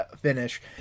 finish